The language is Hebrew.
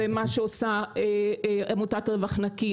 ומה שעושה עמותת "רווח נקי",